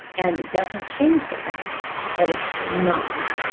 and it doesn't change the fact that it's not,